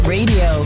Radio